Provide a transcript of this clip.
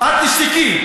את תשתקי.